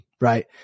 Right